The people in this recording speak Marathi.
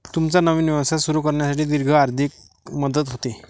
तुमचा नवीन व्यवसाय सुरू करण्यासाठी दीर्घ आर्थिक मदत होते